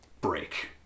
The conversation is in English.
break